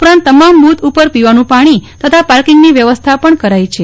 ઉપરાંત તમામ બુથ ઉપર પીવાનું પાણી તથા પાર્કિંગની વ્યવસ્થા પણ કરાઇ છે